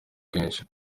kenshi